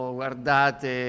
guardate